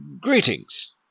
Greetings